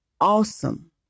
awesome